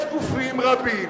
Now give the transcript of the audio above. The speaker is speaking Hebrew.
יש גופים רבים